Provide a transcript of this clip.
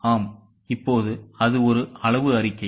ஆம் இப்போது அது ஒரு அளவு அறிக்கை